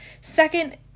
second